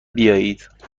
بیایید